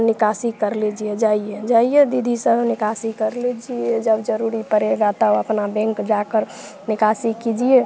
निकासी कर लीजिए जाइए जाइए दीदी सब निकासी कर लीजिए जब ज़रूरी पड़ेगा तब अपना बैंक जाकर निकासी कीजिए